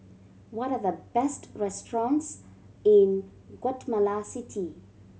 what are the best restaurants in Guatemala City